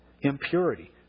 impurity